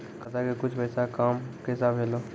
खाता के कुछ पैसा काम कैसा भेलौ?